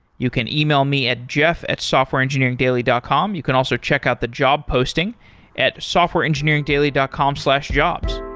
you can email me at jeff at softwareengineeringdaily dot com. you can also check out the job posting at softwareengineeringdaily dot com slash jobs.